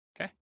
Okay